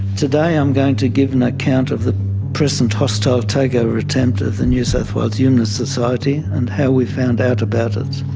today i'm going to give an account of the present hostile takeover attempt of the new south wales humanist society and how we found out about it.